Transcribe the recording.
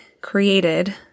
created